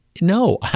No